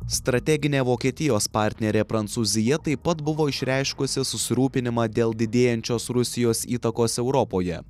strateginė vokietijos partnerė prancūzija taip pat buvo išreiškusi susirūpinimą dėl didėjančios rusijos įtakos europoje